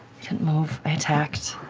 can't move, i attacked.